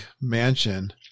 mansion